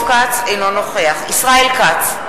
אינו נוכח ישראל כץ,